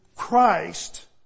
Christ